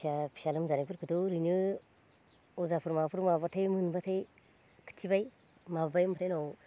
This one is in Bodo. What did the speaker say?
फिसा फिसा लोमजानायफोरखौथ' ओरैनो अजाफोर माबाफोर माबाब्लाथाय मोनब्लाथाय खोथिबाय माबाबाय ओमफ्राय उनाव